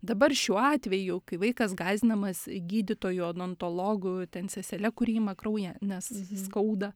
dabar šiuo atveju kai vaikas gąsdinamas gydytoju odontologui ten sesele kuri ima kraują nes skauda